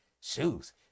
Shoes